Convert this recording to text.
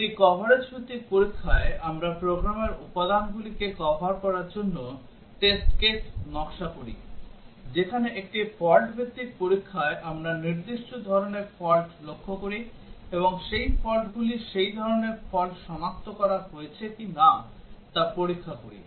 একটি কভারেজ ভিত্তিক পরীক্ষায় আমরা প্রোগ্রামের উপাদানগুলিকে কভার করার জন্য টেস্ট কেস নকশা করি যেখানে একটি ফল্ট ভিত্তিক পরীক্ষায় আমরা নির্দিষ্ট ধরনের ফল্ট লক্ষ্য করি এবং সেই ফল্টগুলি সেই ধরনের ফল্ট সনাক্ত করা হয়েছে কিনা তা পরীক্ষা করি